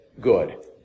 good